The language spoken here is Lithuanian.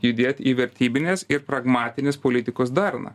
judėt į vertybinės ir pragmatinės politikos darną